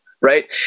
right